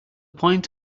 point